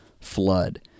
flood